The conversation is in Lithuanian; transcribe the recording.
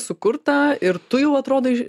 sukurtą ir tu jau atrodai